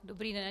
Dobrý den.